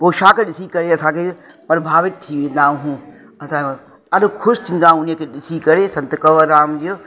पोशाक ॾिसी करे असांखे प्रभावित थी वेंदा आहियूं असां ॾाढो ख़ुशि थींदा ऐं हुनखे ॾिसी करे संत कंवर राम जो